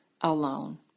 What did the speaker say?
alone